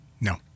No